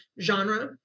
genre